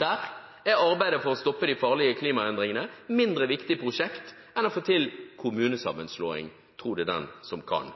Der er arbeidet for å stoppe de farlige klimaendringene mindre viktige prosjekt enn å få til kommunesammenslåing – tro det den som kan.